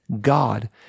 God